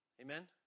Amen